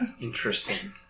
Interesting